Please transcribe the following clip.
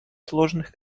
сложных